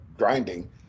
grinding